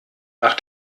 nach